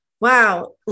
Wow